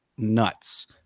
nuts